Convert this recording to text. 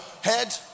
head